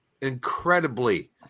incredibly